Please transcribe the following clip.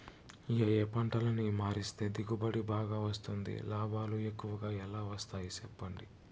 ఏ ఏ పంటలని మారిస్తే దిగుబడి బాగా వస్తుంది, లాభాలు ఎక్కువగా ఎలా వస్తాయి సెప్పండి